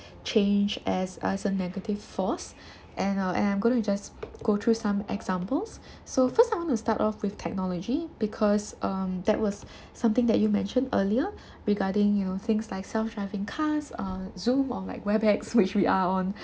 change as as a negative force and uh and I'm going to just go through some examples so first I want to start off with technology because um that was something that you mentioned earlier regarding you know things like self driving cars uh Zoom or like Webex which we are on